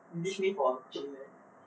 ditch me for gym